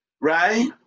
right